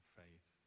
faith